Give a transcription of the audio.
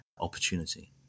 opportunity